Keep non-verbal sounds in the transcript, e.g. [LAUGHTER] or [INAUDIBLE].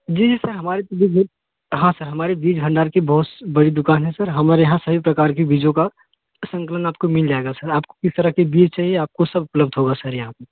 जी जी सर हमारे तो [UNINTELLIGIBLE] हाँ सर हमारे बीज भंडार की बहुत बड़ी दुकान है सर हमारे यहाँ सभी प्रकार की बीजों का संकलन आपको मिल जाएगा सर आपको किस तरह की बीज चाहिए आपको सब उपलब्ध होगा सर यहाँ पे